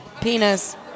Penis